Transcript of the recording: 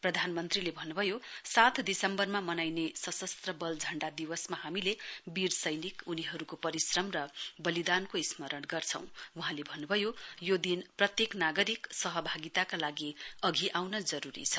प्रधानमन्त्रीले भन्नुभयो सात दिसम्बरमा मनाउने सशस्त्र बल झण्डा दिवसमा हामीले बीर सैनिक उनीहरूको परिश्रण र बलिदानको स्मरण गर्छौं वहाँले भन्नुभयो यो दिन प्रत्येक नागरिक सहभागिताका लागि अघि आउन जरूरी छ